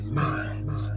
minds